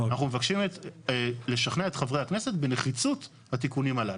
אנחנו מבקשים לשכנע את חברי הכנסת בנחיצות התיקונים הללו.